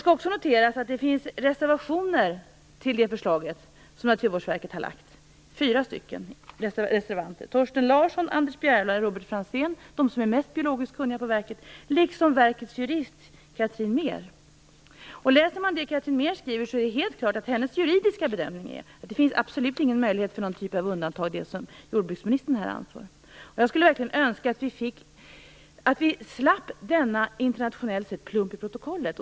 Man skall notera att det finns reservationer fogade till Naturvårdsverkets förslag. De fyra reservanterna är Torsten Larsson, Anders Bjärvall och Robert Franzén, dvs. de som är mest biologiskt kunniga på verket. Verkets jurist, Katrin Mehr, finns också med. Läser man vad Katrin Mehr skriver är det helt klart att hennes juridiska bedömning är att det absolut inte finns någon möjlighet till undantag, som jordbruksministern här anför. Jag skulle verkligen önska att vi slapp denna plump i protokollet internationellt sett.